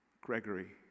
Gregory